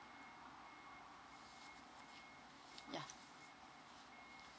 ya